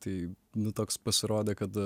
tai nu toks pasirodė kad